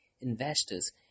investors